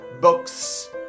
books